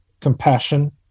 compassion